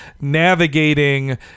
navigating